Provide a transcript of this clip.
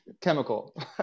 chemical